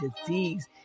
disease